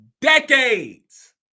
decades